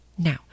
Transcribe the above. Now